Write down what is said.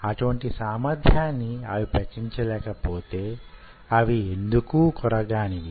అటువంటి సామర్ధ్యాన్ని అవి ప్రకటించ లేకపోతే అవి ఎందుకూ కొరగానివి